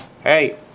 hey